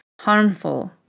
harmful